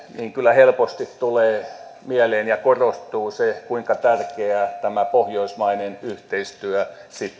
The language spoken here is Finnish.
niin kyllä helposti tulee mieleen ja korostuu se kuinka tärkeää tämä pohjoismainen yhteistyö